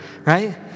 right